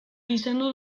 gizendu